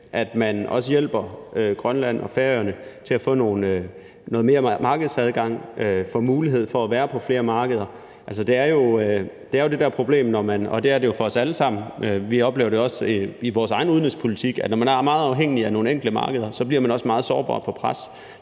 at man hjælper Grønland og Færøerne til at få noget mere markedsadgang, få mulighed for at være på flere markeder. Altså, der er jo det der problem – og det er der for os alle sammen, vi oplever det også i vores egen udenrigspolitik – at når man er meget afhængig af nogle enkelte markeder, så bliver man også meget sårbar for pres.